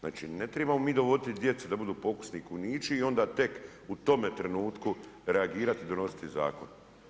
Ne tribamo mi dovoditi djecu da budu pokusni kunići i onda tek u tome trenutku reagirati, donositi Zakon.